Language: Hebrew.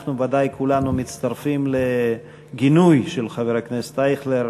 אנחנו כולנו בוודאי מצטרפים לגינוי של חבר הכנסת אייכלר.